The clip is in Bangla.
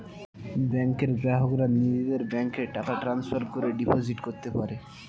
ব্যাংকের গ্রাহকরা নিজের ব্যাংকে টাকা ট্রান্সফার করে ডিপোজিট করতে পারে